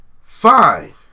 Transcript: Fine